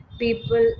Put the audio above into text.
people